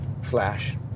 flash